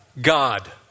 God